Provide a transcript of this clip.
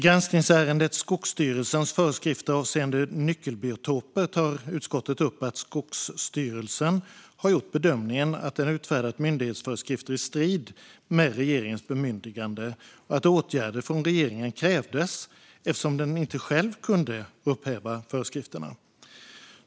I granskningsärendet Skogsstyrelsens föreskrifter avseende nyckelbiotoper tar utskottet upp att Skogsstyrelsen har gjort bedömningen att den utfärdat myndighetsföreskrifter i strid med regeringens bemyndigande och att åtgärder från regeringen krävdes eftersom den inte själv kunde upphäva föreskrifterna.